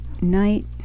night